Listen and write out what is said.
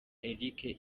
eric